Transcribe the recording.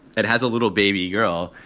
it has a little baby girl.